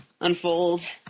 unfold